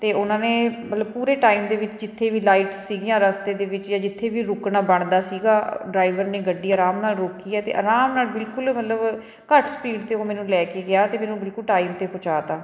ਅਤੇ ਉਹਨਾਂ ਨੇ ਮਤਲਬ ਪੂਰੇ ਟਾਈਮ ਦੇ ਵਿੱਚ ਜਿੱਥੇ ਵੀ ਲਾਈਟ ਸੀਗੀਆਂ ਰਸਤੇ ਦੇ ਵਿੱਚ ਜਾ ਜਿੱਥੇ ਵੀ ਰੁਕਣਾ ਬਣਦਾ ਸੀਗਾ ਡਰਾਈਵਰ ਨੇ ਗੱਡੀ ਆਰਾਮ ਨਾਲ ਰੋਕੀ ਹੈ ਅਤੇ ਆਰਾਮ ਨਾਲ ਬਿਲਕੁਲ ਮਤਲਬ ਘੱਟ ਸਪੀਡ 'ਤੇ ਉਹ ਮੈਨੂੰ ਲੈ ਕੇ ਗਿਆ ਅਤੇ ਮੈਨੂੰ ਬਿਲਕੁਲ ਟਾਈਮ 'ਤੇ ਪਹੁੰਚਾ ਤਾ